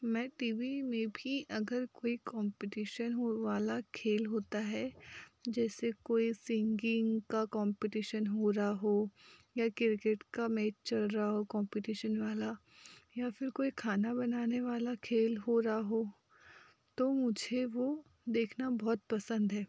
मैं T V में भी अगर कोई कॉम्पटीशन वाला खेल होता है जैसे कोई सिंगिंग का कॉम्पटीशन हो रहा हो या किरकेट का मेच चल रहा हो कॉम्पटीशन वाला या फिर कोई खाना बनाने वाला खेल हो रहा हो तो मुझे वह देखना बहुत पसंद है